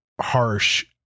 harsh